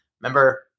Remember